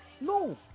No